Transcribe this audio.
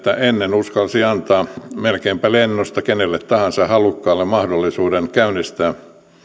kun ennen uskalsi antaa melkeinpä lennosta kenelle tahansa halukkaalle mahdollisuuden käynnistää